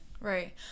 Right